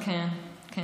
אבל כתוב בעיתון, כן.